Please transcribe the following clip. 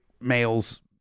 male's